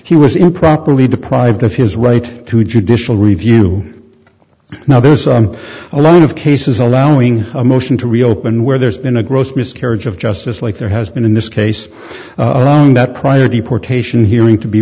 he was improperly deprived of his right to judicial review now there's a lot of cases allowing a motion to reopen where there's been a gross miscarriage of justice like there has been in this case that prior deportation hearing to be